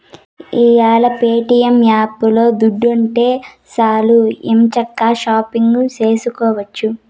ఈ యేల ప్యేటియం యాపులో దుడ్డుంటే సాలు ఎంచక్కా షాపింగు సేసుకోవచ్చు